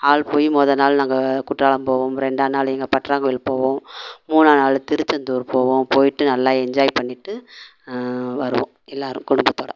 ஆள் போய் முத நாள் நாங்கள் குற்றாலம் போவோம் ரெண்டாம் நாள் எங்கள் பற்றாங்கோயிலுக்கும் போவோம் மூணாம் நாள் திருச்செந்தூர் போவோம் போயிட்டு நல்லாக என்ஜாய் பண்ணிட்டு வருவோம் எல்லாரும் குடும்பத்தோடு